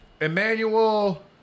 Emmanuel